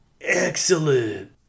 Excellent